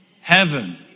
heaven